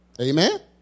Amen